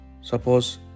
Suppose